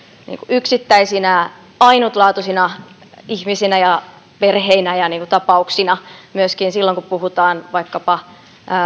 yksittäisinä ainutlaatuisina ihmisinä ja perheinä ja tapauksina myöskin silloin kun puhutaan vaikkapa